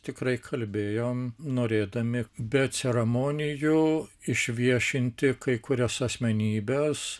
tikrai kalbėjom norėdami be ceremonijų išviešinti kai kurias asmenybes